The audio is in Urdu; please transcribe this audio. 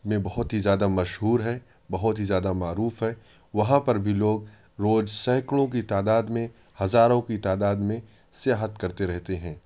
میں بہت ہی زیادہ مشہور ہے بہت ہی زیادہ معروف ہے وہاں پر بھی لوگ روز سینکڑوں کی تعداد میں ہزاروں کی تعداد میں سیاحت کرتے رہتے ہیں